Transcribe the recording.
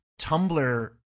Tumblr